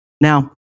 Now